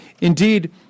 Indeed